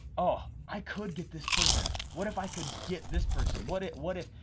ah i could get this person, what if i could get this person? what if, what if,